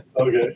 okay